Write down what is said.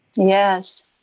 yes